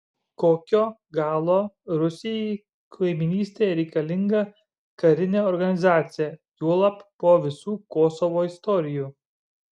kokio galo rusijai kaimynystėje reikalinga karinė organizacija juolab po visų kosovo istorijų